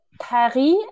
paris